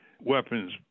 weapons